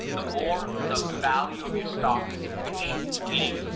the more the value of your stock is gonna appreciate. meaning,